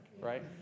right